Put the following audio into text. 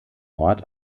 ort